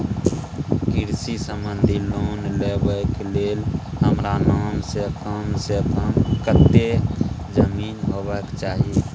कृषि संबंधी लोन लेबै के के लेल हमरा नाम से कम से कम कत्ते जमीन होबाक चाही?